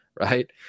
right